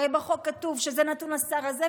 הרי בחוק כתוב שזה נתון לשר הזה,